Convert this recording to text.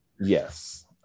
Yes